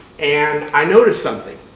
and, i noticed something.